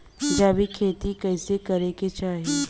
जैविक खेती कइसे करे के चाही?